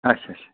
اَچھا اَچھا